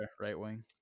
right-wing